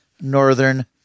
northern